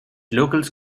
locals